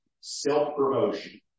self-promotion